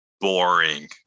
Boring